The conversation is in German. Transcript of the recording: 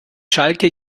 schalke